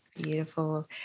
Beautiful